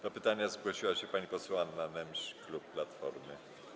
Do pytania zgłosiła się pani poseł Anna Nemś, klub Platformy.